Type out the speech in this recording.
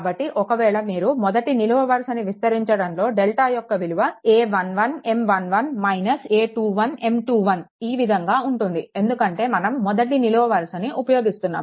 కాబట్టి ఒకవేళ మీరు మొదటి నిలువు వరుసని విస్తరించడంతో డెల్టా యొక్క విలువ a11M11 - a21M21 ఈ విధంగా ఉంటుంది ఎందుకంటే మనం మొదటి నిలువు వరుసని ఉపయోగిస్తున్నాము